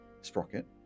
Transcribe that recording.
Sprocket